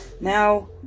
now